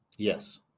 Yes